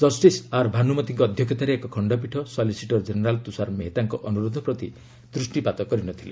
justice R ଭାନୁମତିଙ୍କ ଅଧ୍ୟକ୍ଷତାରେ ଏକ ଖଣ୍ଡପୀଠ ସଲିସିଟର ଜେନେରାଲ୍ ତୁଷାର ମେହେତାଙ୍କ ଅନୁରୋଧ ପ୍ରତି ଦୃଷ୍ଟିପାତ କରିନଥିଲେ